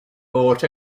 bought